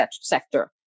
sector